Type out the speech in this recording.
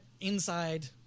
inside